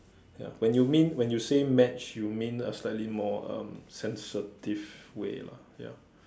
ya when you mean when you say match you mean a slightly more um sensitive way lah ya